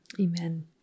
Amen